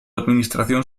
administración